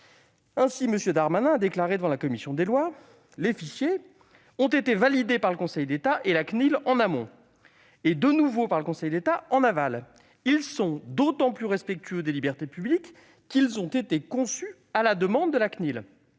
Ainsi, M. Darmanin a déclaré devant la commission des lois :« [Les fichiers] ont été validés par le Conseil d'État et la CNIL en amont, et de nouveau par le Conseil d'État en aval. Ils sont d'autant plus respectueux des libertés publiques qu'ils ont été conçus à la demande de la CNIL.